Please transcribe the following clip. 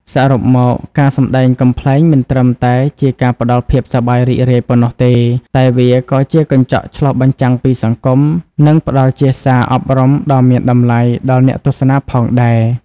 សរុបមក ការសម្ដែងកំប្លែងមិនត្រឹមតែជាការផ្ដល់ភាពសប្បាយរីករាយប៉ុណ្ណោះទេ តែវាក៏ជាកញ្ចក់ឆ្លុះបញ្ចាំងពីសង្គម និងផ្ដល់ជាសារអប់រំដ៏មានតម្លៃ ដល់អ្នកទស្សនាផងដែរ។